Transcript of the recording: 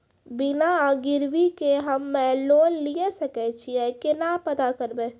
बिना गिरवी के हम्मय लोन लिये सके छियै केना पता करबै?